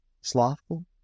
Slothful